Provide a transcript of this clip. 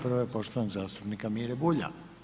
Prva je poštovanog zastupnika Mire Bulja.